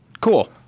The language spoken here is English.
cool